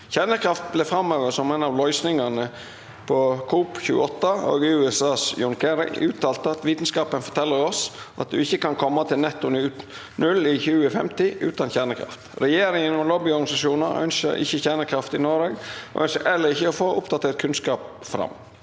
Kjernekraft ble framhevet som en av løsningene på COP28, og USAs John Kerry uttalte at «vitenskapen for- teller oss at du ikke kan komme til netto null i 2050 uten kjernekraft». Regjeringen og lobbyorganisasjoner ønsker ikke kjernekraft i Norge, og ønsker heller ikke å få oppda- tert kunnskap fram.